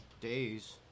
days